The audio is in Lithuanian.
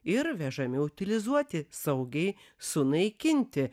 ir vežami utilizuoti saugiai sunaikinti